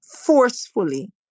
forcefully